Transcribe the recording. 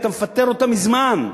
היית מפטר אותם מזמן.